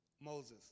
Moses